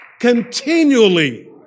Continually